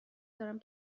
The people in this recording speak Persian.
دارم